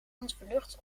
ontvlucht